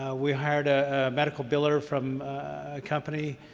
we hired a medical biller from a company,